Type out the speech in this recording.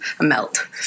melt